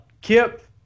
Kip